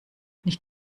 nicht